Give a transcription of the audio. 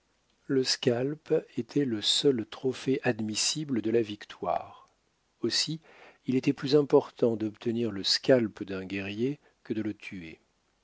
le scalp était le seul trophée admissible de la victoire aussi il était plus important d'obtenir le scalp d'un guerrier que de le tuer